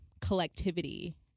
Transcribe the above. collectivity